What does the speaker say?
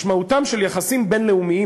משמעותם של יחסים בין-לאומיים,